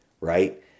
right